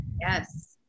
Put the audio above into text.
yes